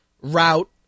route